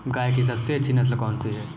गाय की सबसे अच्छी नस्ल कौनसी है?